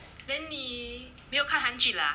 then 你没有看韩剧了 ah